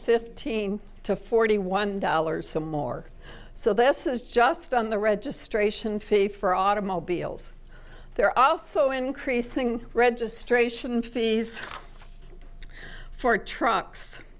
fifteen to forty one dollars some more so this is just on the registration fee for automobiles they're also increasing registration fees for trucks